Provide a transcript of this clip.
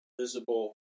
visible